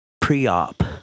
pre-op